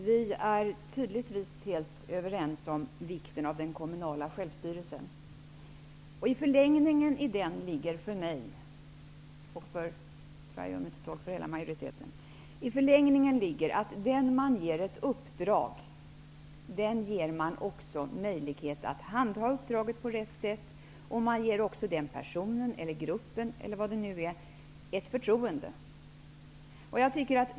Fru talman! Vi är tydligtvis helt överens om vikten av den kommunala självstyrelsen. I förlängningen av den kommunala självstyrelsen ligger för mig -- och jag tror att jag kan göra mig till tolk för majoriteten -- att den som ges ett uppdrag skall också ges möjlighet att handha uppdraget på rätt sätt och att den personen eller gruppen får ett förtroende.